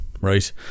Right